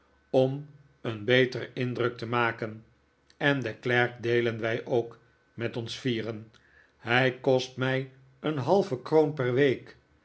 om een beteren indruk te maken en den klerk deelen wij ook met ons vieren hij kost mij een halve kroon per week